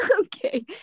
okay